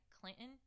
Clinton